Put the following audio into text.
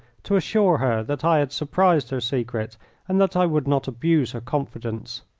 to assure her that i had surprised her secret and that i would not abuse her confidence.